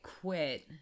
quit